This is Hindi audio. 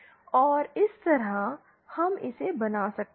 और इस तरह हम इसे बना सकते हैं